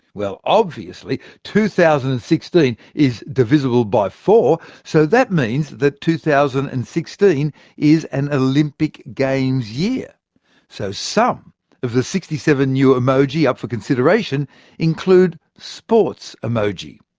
obviously, two thousand and sixteen is divisible by four, so that means that two thousand and sixteen is an olympic games year so some of the sixty seven new emoji up for consideration include sports emoji.